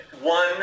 One